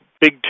Big